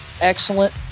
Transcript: excellent